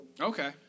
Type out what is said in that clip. Okay